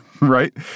right